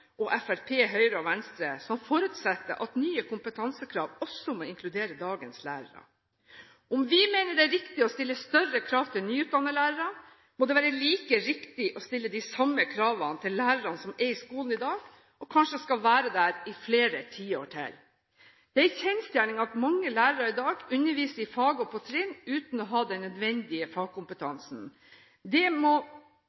og Fremskrittspartiet, Høyre og Venstre, som forutsetter at nye kompetansekrav også må inkludere dagens lærere. Om vi mener det er riktig å stille større krav til nyutdannede lærere, må det være like riktig å stille de samme kravene til lærerne som er i skolen i dag, og som kanskje skal være der i flere tiår til. Det er en kjensgjerning at mange lærere i dag underviser i fag og på trinn uten å ha den nødvendige